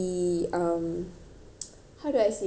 how do I say even when he doesn't know right